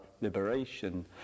liberation